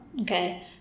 Okay